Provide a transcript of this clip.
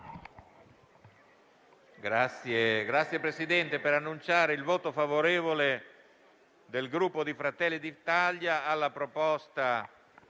Signor Presidente, preannuncio il voto favorevole del Gruppo Fratelli d'Italia alla proposta